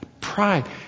pride